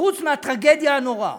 חוץ מהטרגדיה הנוראה.